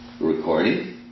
recording